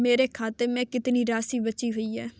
मेरे खाते में कितनी राशि बची हुई है?